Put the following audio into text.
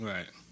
Right